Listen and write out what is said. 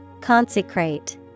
Consecrate